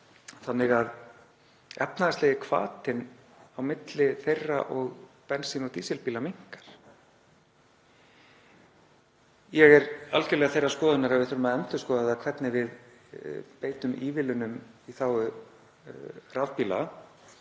rafbíla svo efnahagslegi hvatinn á milli þeirra og bensín- og dísilbíla minnkar. Ég er algerlega þeirrar skoðunar að við þurfum að endurskoða hvernig við beitum ívilnunum í þágu rafbíla.